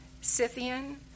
Scythian